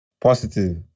positive